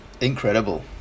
Incredible